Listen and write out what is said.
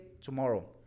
tomorrow